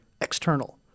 external